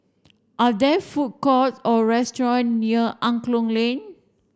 are there food court or restaurant near Angklong Lane